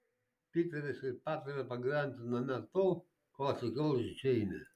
piteris jai patarė pagyventi name tol kol atsikels džeinė